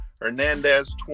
Hernandez